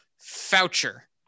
Foucher